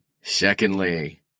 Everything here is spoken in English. Secondly